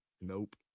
Nope